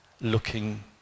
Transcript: looking